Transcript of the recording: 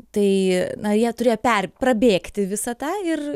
tai na jie turėjo per prabėgti visą tą ir